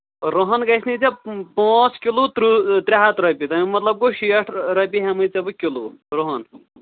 روٚہَن گژھِنَے ژےٚ پانٛژھ کِلوٗ تٕرٛہ ترٛےٚ ہَتھ رۄپیہِ تَمیُک مطلب گوٚو شیٹھ رۄپیہِ ہٮ۪مَے ژےٚ بہٕ کِلوٗ روٚہَن